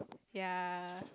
ya